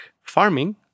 farming